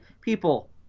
People